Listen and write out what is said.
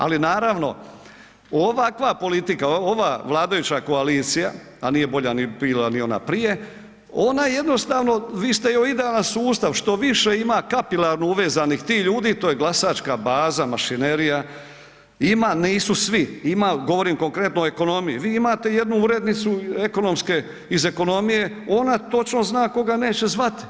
Ali, naravno, ovakva politika, ova vladajuća koalicija, a nije bolja bila ni ona prije, ona jednostavno, vi ste idealan sustav, što više ima kapilarno uvezanih tih ljudi, to je glasačka baza, mašinerija, ima, nisu svi, govorim konkretno o ekonomiji, vi imate jednu urednicu ekonomske, iz ekonomije, ona točno zna koga neće zvati.